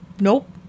Nope